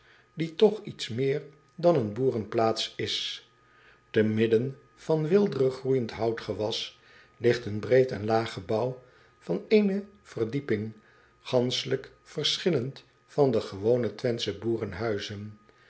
die toch iets meer dan een boerenplaats is e midden van weelderig groeijend houtgewas ligt een breed en laag gebouw van ééne verdieping ganschelijk verschillend van de gewone wenthsche